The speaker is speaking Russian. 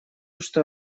что